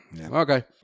okay